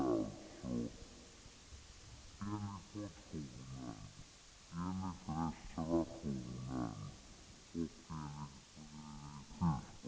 Men den frågan får vi väl skjuta på.